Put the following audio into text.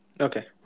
Okay